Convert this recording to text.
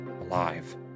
alive